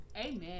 Amen